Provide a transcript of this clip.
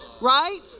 Right